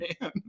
man